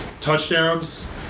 touchdowns